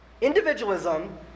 individualism